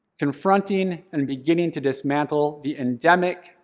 confronting and beginning to dismantle the endemic,